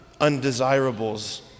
undesirables